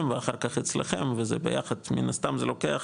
ואחר כך אצלכם וביחד מן הסתם זה לוקח,